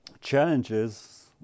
challenges